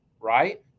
right